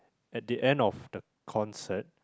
at the end of the concert